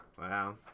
wow